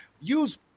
Use